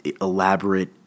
elaborate